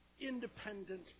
independent